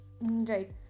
Right